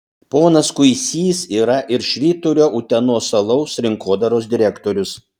ponas kuisys yra ir švyturio utenos alaus rinkodaros direktorius